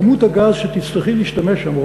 כמות הגז שתצטרכי להשתמש שם,